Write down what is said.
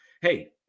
Hey